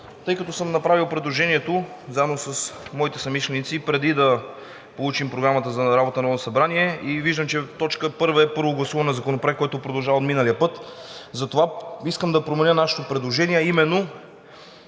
Тъй като съм направил предложението заедно с моите съмишленици, преди да получим Програмата за работата на Народното събрание и виждам, че т. 1 е първо гласуване на Законопроекта, който продължава от миналия път, затова искам да променя нашето предложение, а именно: